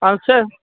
اَچھا